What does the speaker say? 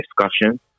discussion